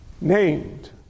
named